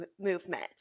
movement